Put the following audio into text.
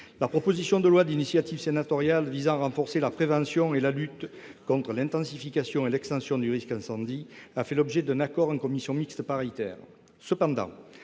la proposition de loi visant à renforcer la prévention et la lutte contre l'intensification et l'extension du risque incendie a fait l'objet d'un accord en commission mixte paritaire.